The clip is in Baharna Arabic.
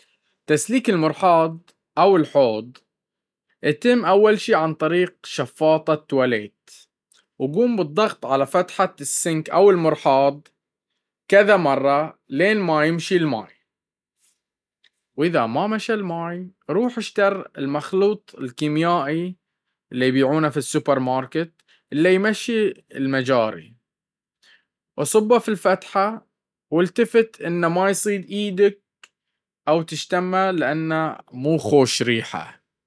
تسليك المرحاض أول الحوض يتم أول شي عن طريق شفاطة تواليت وقوم بالضفط على فتحة السينك أو المرحاض عدة مرات لين ما يمشي الماي وإذا ما مشى الماي روح اشتري المخلوط الكيميائي اللي يمشي المجاري من السوبرماركت وصبه في الفتحة والتفت انه ما يصيد ايدك او يتشمه لانه مو خوش.